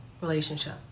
relationship